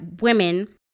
women